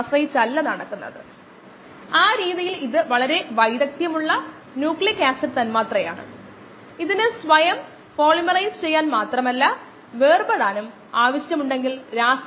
ln xv0xv kd ഇവിടെ അണുനശീകരണ പ്രക്രിയ ആരംഭിക്കുമ്പോൾ xv ശൂന്യമല്ല ഹീറ്റ് അണുനശീകരണം xv എന്നത് എപ്പോൾ വേണമെങ്കിലും കോശങ്ങളുടെ സാന്ദ്രതയാണ്